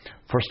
First